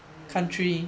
mm mm mm